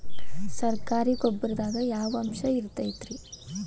ಸರಕಾರಿ ಗೊಬ್ಬರದಾಗ ಯಾವ ಅಂಶ ಇರತೈತ್ರಿ?